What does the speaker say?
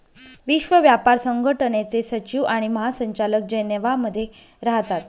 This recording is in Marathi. विश्व व्यापार संघटनेचे सचिव आणि महासंचालक जनेवा मध्ये राहतात